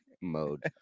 mode